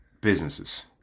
businesses